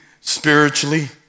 spiritually